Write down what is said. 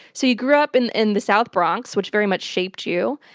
so you grew up in in the south bronx, which very much shaped you.